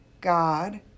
God